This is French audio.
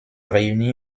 réunit